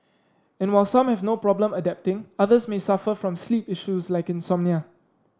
and while some have no problem adapting others may suffer from sleep issues like insomnia